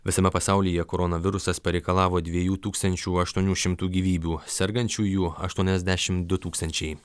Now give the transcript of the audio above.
visame pasaulyje koronavirusas pareikalavo dviejų tūkstančių aštuonių šimtų gyvybių sergančiųjų aštuoniasdešimt du tūkstančiai